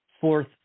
fourth